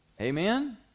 Amen